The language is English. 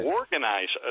organize